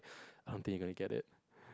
I don't think you are gonna get it